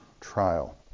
trial